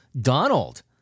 Donald